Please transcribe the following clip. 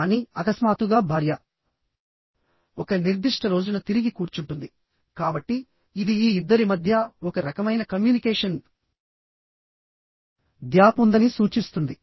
కానీ అకస్మాత్తుగా భార్య ఒక నిర్దిష్ట రోజున తిరిగి కూర్చుంటుంది కాబట్టి ఇది ఈ ఇద్దరి మధ్య ఒక రకమైన కమ్యూనికేషన్ గ్యాప్ ఉందని సూచిస్తుంది